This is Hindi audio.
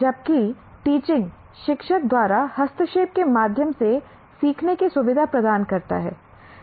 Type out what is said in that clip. जबकि टीचिंग शिक्षक द्वारा हस्तक्षेप के माध्यम से सीखने की सुविधा प्रदान करता है